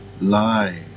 lie